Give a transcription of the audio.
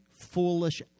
foolish